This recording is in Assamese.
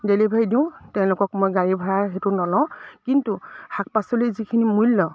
ডেলিভাৰী দিওঁ তেওঁলোকক মই গাড়ী ভাড়া সেইটো নলওঁ কিন্তু শাক পাচলিৰ যিখিনি মূল্য